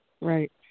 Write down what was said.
Right